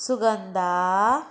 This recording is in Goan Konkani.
सुगंदा